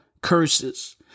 curses